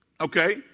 Okay